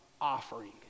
offering